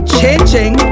changing